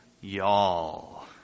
y'all